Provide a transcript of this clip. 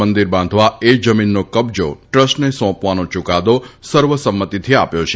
મંદિર બાંધવા એ જમીનનો કબજો ટ્રસ્ટને સોંપવાનો યૂકાદો સર્વસંમતિથી આપ્યો છે